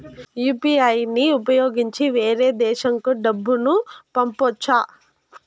UPI ని ఉపయోగించి వేరే దేశంకు డబ్బును పంపొచ్చా?